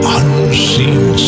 unseen